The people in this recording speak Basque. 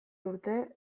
urte